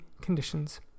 conditions